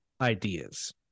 ideas